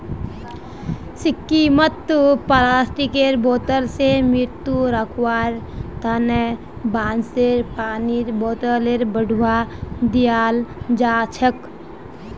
सिक्किमत प्लास्टिकेर बोतल स मुक्त रखवार तना बांसेर पानीर बोतलेर बढ़ावा दियाल जाछेक